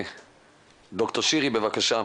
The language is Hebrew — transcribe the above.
ד"ר שירי ממכבי בבקשה.